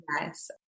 Yes